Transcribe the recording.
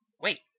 Wait